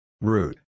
root